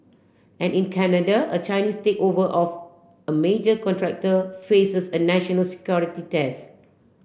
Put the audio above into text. and in Canada a Chinese takeover of a major contractor faces a national security test